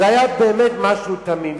זה היה באמת משהו תמים,